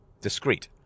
discrete